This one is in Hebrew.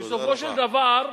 תודה רבה.